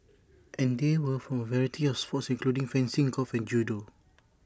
and they were from A variety of sports including fencing golf and judo